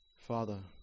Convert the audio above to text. Father